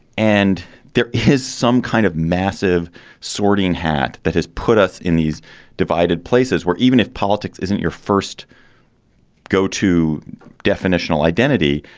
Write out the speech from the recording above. and there is some kind of massive sorting hat that has put us in these divided places where even if politics isn't your first go to definitional identity,